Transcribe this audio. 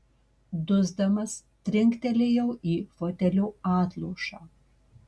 dusdamas trinktelėjau į fotelio atlošą